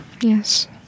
Yes